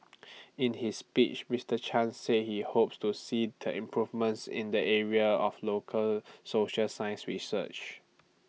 in his speech Mister chan said he hopes to see the improvements in the area of local social science research